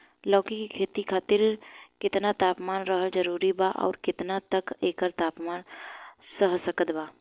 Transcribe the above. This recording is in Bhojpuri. लौकी के खेती खातिर केतना तापमान रहल जरूरी बा आउर केतना तक एकर तापमान सह सकत बा?